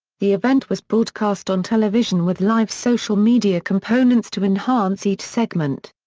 the event was broadcast on television with live social-media components to enhance each segment.